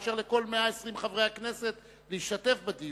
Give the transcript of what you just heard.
הדיון במליאה מאפשר לכל 120 חברי הכנסת להשתתף בדיון,